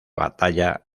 batalla